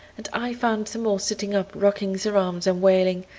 and i found them all sitting up rocking their arms and wailing